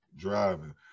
driving